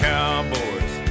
Cowboys